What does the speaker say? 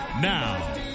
Now